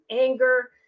anger